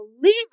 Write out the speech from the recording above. believer